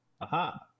Aha